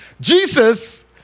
jesus